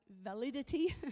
validity